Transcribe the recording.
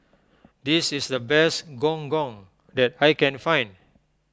this is the best Gong Gong that I can find